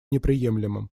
неприемлемым